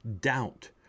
doubt